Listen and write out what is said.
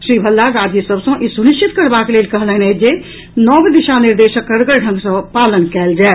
श्री भल्ला राज्य सभ सँ ई सुनिश्चित करबाक लेल कहलनि अछि जे नव दिशा निर्देशक कड़गर ढंग सँ पालन कयल जाय